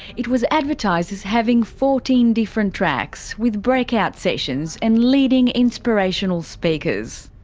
it was advertised as having fourteen different tracks, with breakout sessions and leading inspirational speakers.